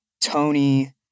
Tony